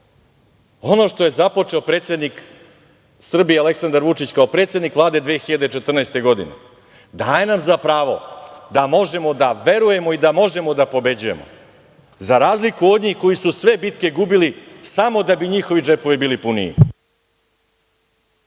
ono što je započeo predsednik Srbije Aleksandar Vučić kao predsednik Vlade 2014. godine daje nam za pravo da možemo da verujemo i da možemo da pobeđujemo, za razliku od njih koji su sve bitke gubili samo da bi njihovi džepovi bili puniji.